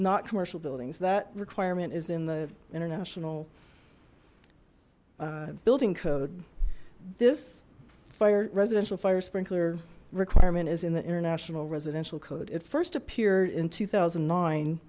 not commercial buildings that requirement is in the international building code this fire residential fire sprinkler requirement is in the international residential code it first appeared in two thousand